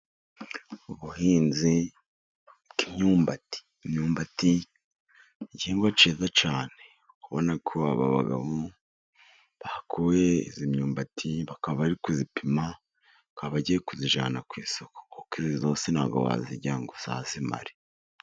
Ubuhinzi bw'imyumbati, imyumbati igihingwa cyiza cyane, ubona ko aba bagabo bahakuye iyi myumbati, bakaba bari kuyipima, bakaba bagiye kuyijyana ku isoko, kuko iyo yose ntabwo wayirya ngo uzayimare.